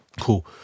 Cool